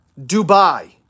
Dubai